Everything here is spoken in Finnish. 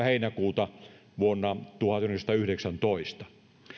heinäkuuta vuonna tuhatyhdeksänsataayhdeksäntoista